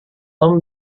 tom